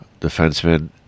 defenseman